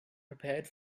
prepared